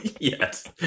Yes